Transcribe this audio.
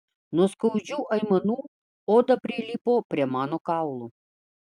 nuo skaudžių aimanų oda prilipo prie mano kaulų